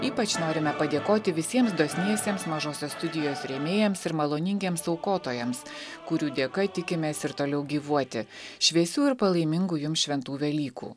ypač norime padėkoti visiems dosniesiems mažosios studijos rėmėjams ir maloningiems aukotojams kurių dėka tikimės ir toliau gyvuoti šviesių ir palaimingų jums šventų velykų